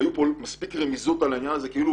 היו פה מספיק רמיזות על העניין הזה כאילו